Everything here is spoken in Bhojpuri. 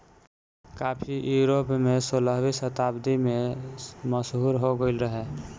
काफी यूरोप में सोलहवीं शताब्दी में मशहूर हो गईल रहे